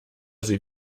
sie